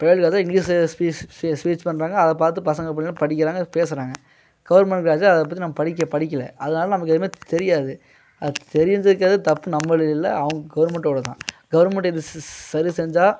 private காலேஜில் English speech speech பண்ணுறாங்க அதை பார்த்து பசங்க படிக்கிறாங்க பேசுகிறாங்க கவுர்மெண்ட் காலேஜில் அதை பற்றி நம்ம படிக்க படிக்கல அதால் நமக்கு எதுவுமே தெரியாது அது தெரிஞ்சிக்காது தப்பு நம்மளோடையது இல்லை அவங் கவுர்மெண்ட்டோடது தான் கவுர்மெண்ட் இந்த சரி செஞ்சால்